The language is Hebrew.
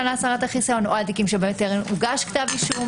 להסרת החיסיון או תיקים שיוגש כתב אישום?